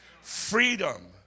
Freedom